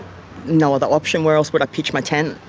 no other option, where else would i pitch my tent,